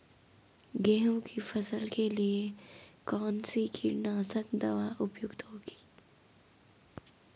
गेहूँ की फसल के लिए कौन सी कीटनाशक दवा उपयुक्त होगी?